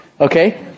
Okay